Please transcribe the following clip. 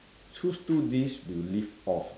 choose two dish you'll live off ah